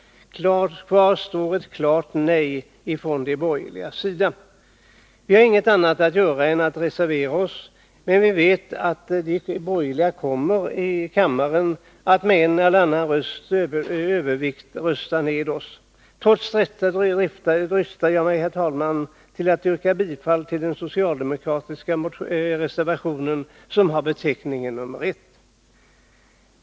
Kvar står ett klart nej från de borgerligas sida. Vi har inget annat att göra än att reservera oss, men vi vet att de borgerliga med en eller annan röst kommer att rösta ned oss här i kammaren. Trots detta dristar jag mig, herr talman, att yrka bifall till den socialdemokratiska reservationen med beteckningen nr 1.